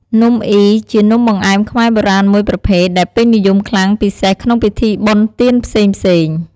នំអុីជានំបង្អែមខ្មែរបុរាណមួយប្រភេទដែលពេញនិយមខ្លាំង ពិសេសក្នុងពិធីបុណ្យទានផ្សេងៗ។